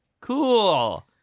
cool